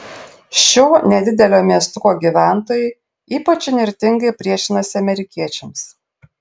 šio nedidelio miestuko gyventojai ypač įnirtingai priešinasi amerikiečiams